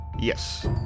Yes